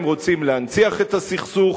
אם רוצים להנציח את הסכסוך,